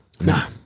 No